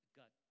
got